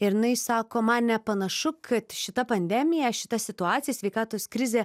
ir jinai sako man nepanašu kad šita pandemija šita situacija sveikatos krizė